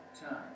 time